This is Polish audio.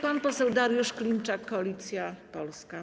Pan poseł Dariusz Klimczak, Koalicja Polska.